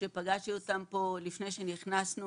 כשפגשתי אותם פה לפני שנכנסנו